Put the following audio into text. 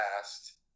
past